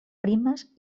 primes